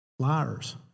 Liars